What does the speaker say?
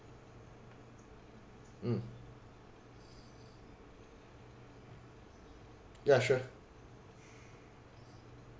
mm yeah sure